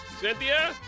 Cynthia